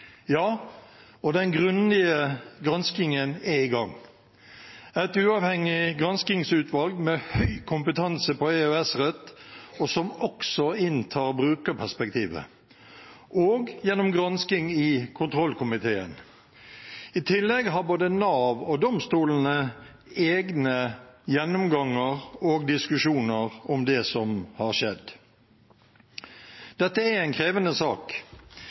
Ja, den grundige granskingen er i gang, ved et uavhengig granskingsutvalg med høy kompetanse på EØS-rett og som også inntar brukerperspektivet, og gjennom gransking i kontrollkomiteen. I tillegg har både Nav og domstolene egne gjennomganger og diskusjoner om det som har skjedd. Dette er en krevende sak,